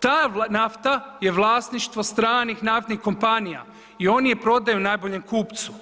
Ta nafta je vlasništvo stranih naftnih kompanija i oni je prodaju najboljem kupcu,